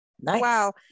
Wow